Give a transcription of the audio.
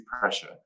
pressure